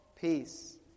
peace